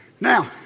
Now